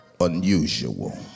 unusual